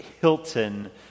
Hilton